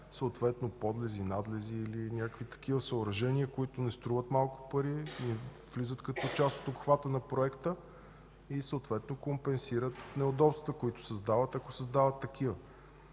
съответно подлези, надлези или някакви такива съоръжения, които не струват малко пари, влизат като част от обхвата на проекта и съответно компенсират неудобствата, които създават, ако създават такива.